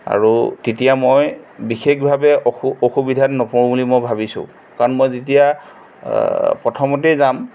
আৰু তেতিয়া মই বিশেষভাৱে অসু অসুবিধাত নপৰো বুলি মই ভাবিছো কাৰণ মই যেতিয়া প্ৰথমতেই যাম